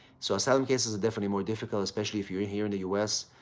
so, asylum cases definitely more difficult especially if you're in here, in the us.